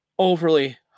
overly